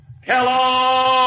Hello